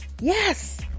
Yes